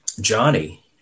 johnny